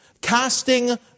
casting